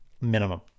minimum